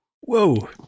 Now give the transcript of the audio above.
Whoa